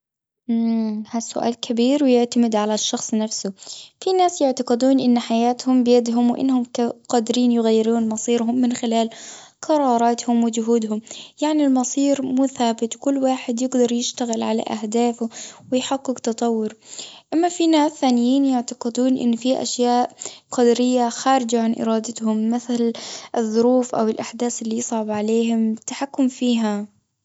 اه هالسؤال كبير، ويعتمد على الشخص نفسه. في ناس يعتقدون إن حياتهم بيدهم، وإنهم كا- قادرين يغيرون مصيرهم من خلال قراراتهم، وجهودهم. يعني المصير مو ثابت، كل واحد يقدر يشتغل على أهدافه، ويحقق تطور. أما في ناس ثانيين يعتقدون إن في أشياء قدرية خارجة عن إرادتهم، مثل الظروف أو الأحداث، اللي يصعب عليهم التحكم فيها.